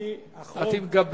אני אחרוג, את עם גבך